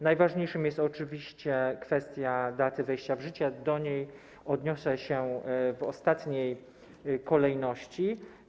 Najważniejsza jest oczywiście kwestia daty wejścia w życie, do niej odniosę się w ostatniej kolejności.